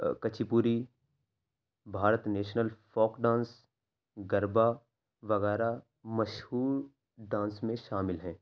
کچھی پوڑی Bharat national folk dance Garba وغیرہ مشہور ڈانس میں شامل ہیں